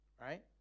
Right